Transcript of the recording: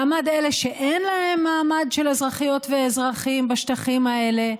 מעמד אלה שאין להם מעמד של אזרחיות ואזרחים בשטחים האלה,